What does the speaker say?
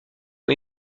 ont